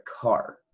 car